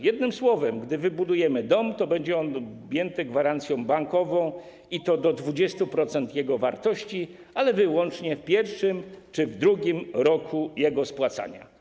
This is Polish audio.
Jednym słowem, gdy wybudujemy dom, będzie on objęty gwarancją bankową, i to do 20% jego wartości, ale wyłącznie w pierwszym czy w drugim roku jego spłacania.